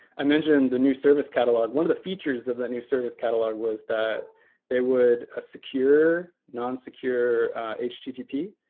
i mentioned the new service catalog. one of the features of that new service catalog was that it would ah secure, non-secure http.